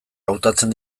hautatzen